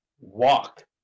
walk